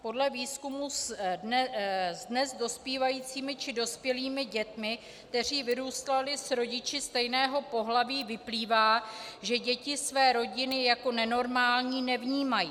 Podle výzkumů s dnes dospívajícími či dospělými dětmi, které vyrůstaly s rodiči stejného pohlaví, vyplývá, že děti své rodiny jako nenormální nevnímají.